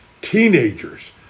teenagers